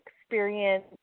experience